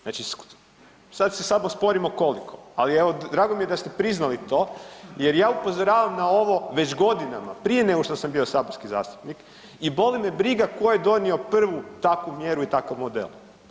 Znači sad se samo sporimo koliko, ali evo drago mi je da ste priznali to jer ja upozoravam na ovo već godinama, prije nego što sam bio saborski zastupnik i boli me briga ko je donio prvu takvu mjeru i takav model.